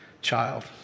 child